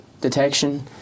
detection